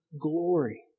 glory